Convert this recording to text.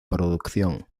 producción